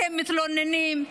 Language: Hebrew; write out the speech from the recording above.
אתם מתלוננים.